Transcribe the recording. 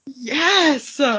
Yes